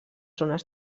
zones